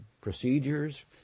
procedures